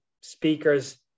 speakers